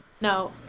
no